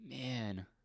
man